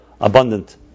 abundant